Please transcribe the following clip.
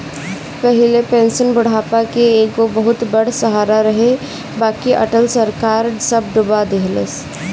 पहिले पेंशन बुढ़ापा के एगो बहुते बड़ सहारा रहे बाकि अटल सरकार सब डूबा देहलस